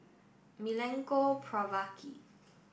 Milenko Prvacki